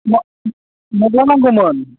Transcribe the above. मा माब्ला नांगौमोन